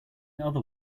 other